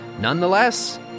Nonetheless